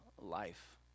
life